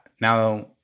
Now